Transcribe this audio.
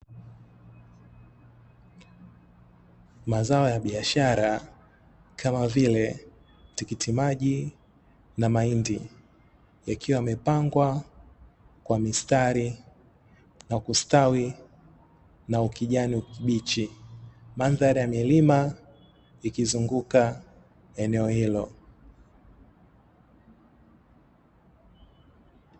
Mazao ya biashara kama vile, tikitimaji na mahindi yakiwa yamepangwa kwa mistari na kustawi na ukijani ukibichi, mandhari ya milima ikizunguka eneo hilo.